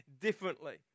differently